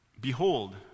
Behold